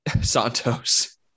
Santos